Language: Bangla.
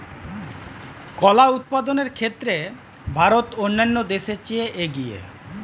কলা উৎপাদনের ক্ষেত্রে ভারত অন্যান্য দেশের চেয়ে এগিয়ে